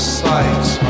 sights